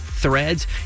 threads